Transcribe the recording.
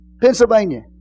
Pennsylvania